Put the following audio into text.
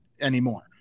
anymore